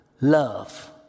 love